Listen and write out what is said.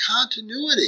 continuity